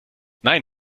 nein